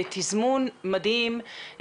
בתזמון מדהים,